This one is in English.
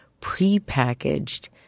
pre-packaged